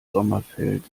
sommerfeld